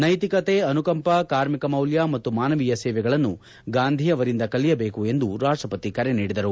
ನೈತಿಕತೆ ಅನುಕಂಪ ಕಾರ್ಮಿಕ ಮೌಲ್ಯ ಮತ್ತು ಮಾನವೀಯ ಸೇವೆಗಳನ್ನು ಗಾಂಧಿಯವರಿಂದ ಕಲಿಯಬೇಕು ಎಂದು ರಾಷ್ಟಪತಿ ಕರೆ ನೀಡಿದರು